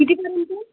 कितीपर्यंत आहे